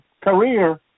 career